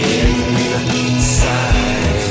inside